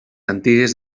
antigues